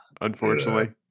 unfortunately